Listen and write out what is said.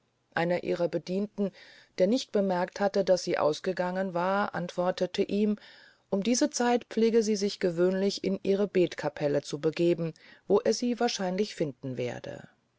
einer ihrer bedienten der nicht bemerkt hatte daß sie ausgegangen war antwortete ihm um diese zeit pflege sie sich gewöhnlich in ihre betcapelle zu begeben wo er sie wahrscheinlich finden werde